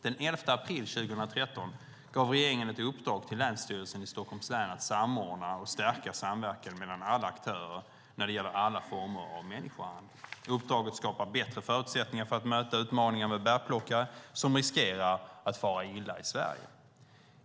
Den 11 april 2013 gav regeringen ett uppdrag till Länsstyrelsen i Stockholms län att samordna och stärka samverkan mellan alla aktörer när det gäller alla former av människohandel. Uppdraget skapar bättre förutsättningar för att möta utmaningar med bärplockare som riskerar att fara illa i Sverige.